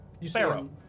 Sparrow